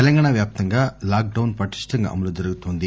తెలంగాణా వ్యాప్తంగా lockdown పటిష్టంగా అమలు జరుగుతోంది